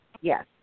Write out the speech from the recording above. Yes